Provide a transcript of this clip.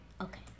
Okay